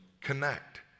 connect